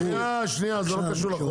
מייבאים איזה שהוא בסיס לעצמאות בהזנה,